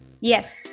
Yes